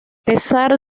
pesar